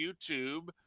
YouTube